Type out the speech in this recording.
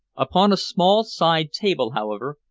upon a small side table, however,